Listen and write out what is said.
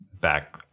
back